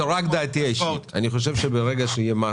דעתי האישית היא שברגע שיהיה מס